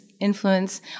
influence